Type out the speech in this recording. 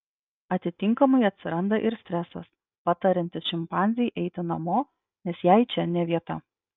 atitinkamai atsiranda ir stresas patariantis šimpanzei eiti namo nes jai čia ne vieta